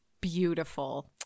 Beautiful